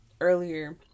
earlier